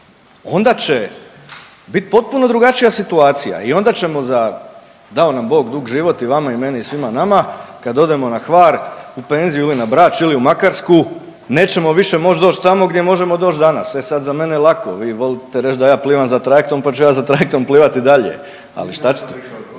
onda će bit potpuno drugačija situacija i onda ćemo za dao nam bog život i vama i meni i svima nama, kad odemo na Hvar u penziju ili na Brač ili u Makarsku nećemo više moći doći tamo gdje možemo danas. E sad za mene je lako, vi volite reći da ja plivam za trajektom, pa ću ja za trajektom plivati i dalje. Ali šta ćete?